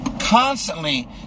Constantly